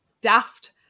daft